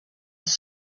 that